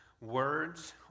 words